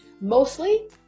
mostly